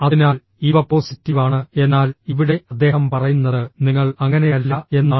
അതിനാൽ ഇവ പോസിറ്റീവ് ആണ് എന്നാൽ ഇവിടെ അദ്ദേഹം പറയുന്നത് നിങ്ങൾ അങ്ങനെയല്ല എന്നാണ്